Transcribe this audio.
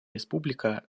республика